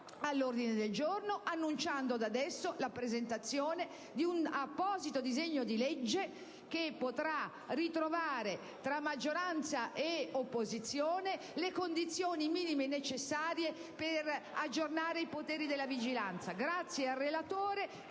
un ordine del giorno, annunciando da adesso la presentazione di un apposito disegno di legge che potrà ritrovare, tra maggioranza e opposizione, le condizioni minime necessarie per aggiornare i poteri della vigilanza. Ringrazio il relatore